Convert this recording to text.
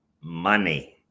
money